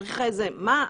מה?